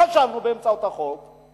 חשבנו, באמצעות החוק,